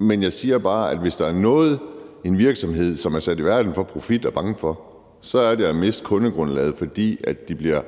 har. Jeg siger bare, at hvis der er noget, en virksomhed, som er sat i verden for profit, er bange for, så er det at miste kundegrundlaget, fordi de bliver